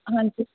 ਹਾਂਜੀ